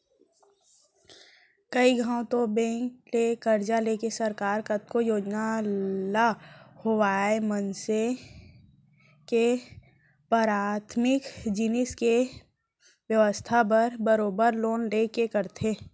कइ घौं तो बेंक ले करजा लेके सरकार कतको योजना ल होवय मनसे के पराथमिक जिनिस के बेवस्था बर बरोबर लोन लेके करथे